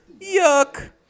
Yuck